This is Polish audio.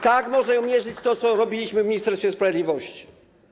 Tak możemy mierzyć to, co robiliśmy w Ministerstwie Sprawiedliwości.